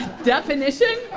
definition,